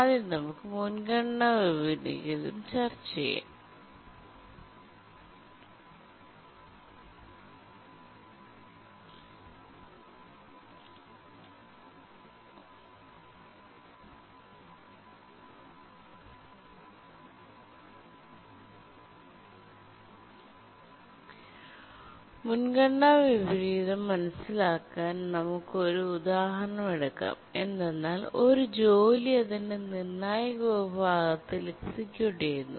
ആദ്യം നമുക്ക് മുൻഗണന ചർച്ച ചെയ്യാം മുൻഗണനാ വിപരീതം മനസ്സിലാക്കാൻ നമുക്ക് ഒരു ഉദാഹരണം എടുക്കാം എന്തെന്നാൽ ഒരു ജോലി അതിൻറെ നിർണായക വിഭാഗത്തിൽ എക്സിക്യൂട്ട് ചെയ്യുന്നു